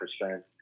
percent